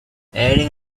aiding